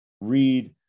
read